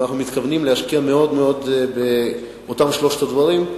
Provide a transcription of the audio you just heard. אנחנו מתכוונים להשקיע מאוד מאוד באותם שלושת הדברים,